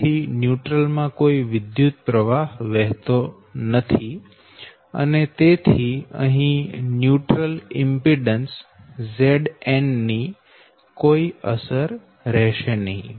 તેથી ન્યુટ્રલ માં કોઈ વિદ્યુતપ્રવાહ વહેતો નથી અને તેથી અહી ન્યુટ્રલ ઈમ્પીડન્સ Zn ની કોઈ અસર રહેશે નહીં